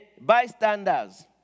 bystanders